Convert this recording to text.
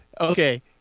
okay